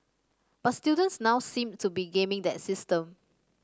but students now seem to be gaming that system